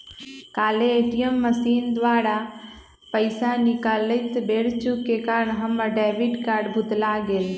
काल्हे ATM machine द्वारा पइसा निकालइत बेर चूक के कारण हमर डेबिट कार्ड भुतला गेल